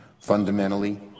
Fundamentally